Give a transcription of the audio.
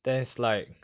there's like